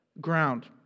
ground